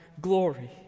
glory